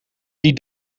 die